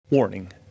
Warning